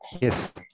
Yes